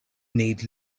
need